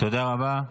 תודה רבה.